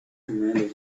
commander